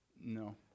no